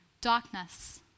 Darkness